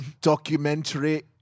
documentary